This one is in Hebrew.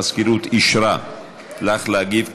המזכירות אישרה לך להגיב,